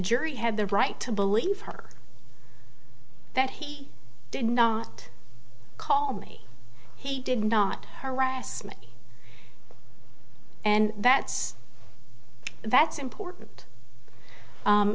jury had the right to believe her that he did not call me he did not harassment and that's that's important